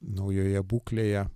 naujoje būklėje